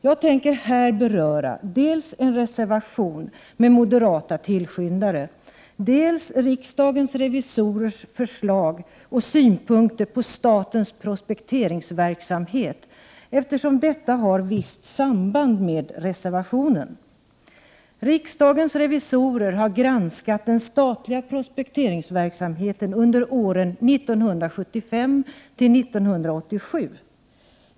Jag tänker här beröra dels en reservation med moderata tillskyndare, dels riksdagens revisorers förslag och synpunkter på statens prospekteringsverksamhet, eftersom detta har visst samband med reservationen. Riksdagens revisorer har granskat den statliga prospekteringsverksamheten under åren 1975-1987.